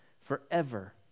forever